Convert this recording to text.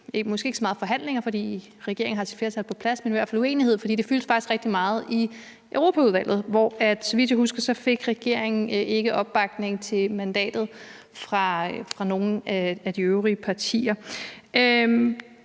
det ikke så meget forhandlinger, for regeringen har sit flertal på plads, men der var i hvert fald uenighed, for det fyldte faktisk rigtig meget i Europaudvalget, hvor regeringen, så vidt jeg husker, ikke fik opbakning til mandatet fra nogen af de øvrige partier.